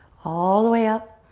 all the way up.